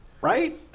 Right